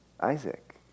Isaac